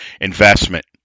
investment